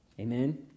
Amen